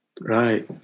Right